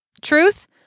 Truth